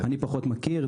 אני פחות מכיר,